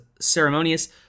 ceremonious